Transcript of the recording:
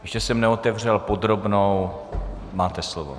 Ještě jsem neotevřel podrobnou, máte slovo.